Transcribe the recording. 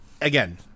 again